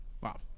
wow